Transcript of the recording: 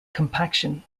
compaction